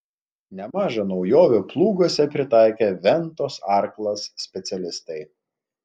nemaža naujovių plūguose pritaikė ventos arklas specialistai